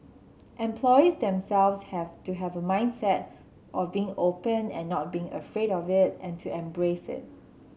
employees themselves have to have a mindset of being open and not being afraid of it and to embrace it